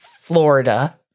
Florida